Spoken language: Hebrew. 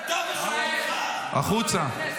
החוצה.